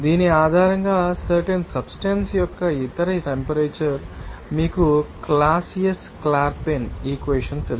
దీని ఆధారంగా certain substance యొక్క ఇతర టెంపరేచర్ మీకు క్లాసియస్ క్లాపెరాన్ ఈక్వెషన్ తెలుసు